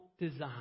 design